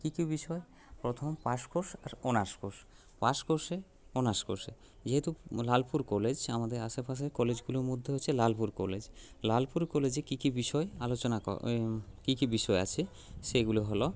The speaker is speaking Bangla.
কী কী বিষয় প্রথম পাস কোর্স আর অনার্স কোর্স পাস কোর্সে অনার্স কোর্সে যেহেতু লালপুর কলেজ আমাদের আশেপাশের কলেজগুলোর মধ্যে হচ্ছে লালপুর কলেজ লালপুর কলেজে কী কী বিষয় আলোচনা করা এই কী কী বিষয় আছে সেগুলো হল